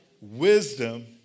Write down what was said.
Wisdom